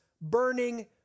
burning